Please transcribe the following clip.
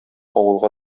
авылга